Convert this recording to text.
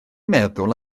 meddwl